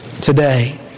today